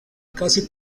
casi